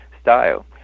style